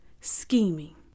scheming